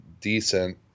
decent